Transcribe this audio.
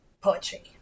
poetry